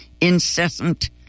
incessant